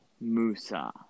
Musa